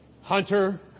Hunter